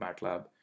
MATLAB